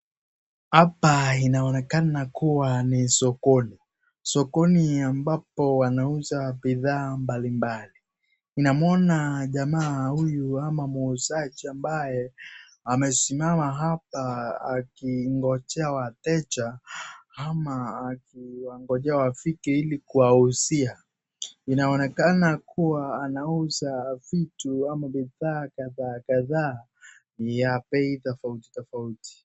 Hapa inaonekana kuwa ni sokoni. Sokoni ambapo wanauza bidhaa mbalimbali. Ninamwona jamaa huyu ama muuzaji ambaye amesimama hapa akingojea wateja ama akiwangojea wafike ili kuwauzia. Inaonekana kuwa anauza vitu ama bidhaa kadhaa kadhaa ya bei tofauti tofauti.